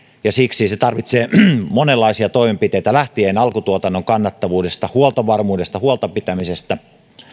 ja siksi se vaatii monenlaisia toimenpiteitä lähtien alkutuotannon kannattavuudesta huoltovarmuudesta huolen pitämisestä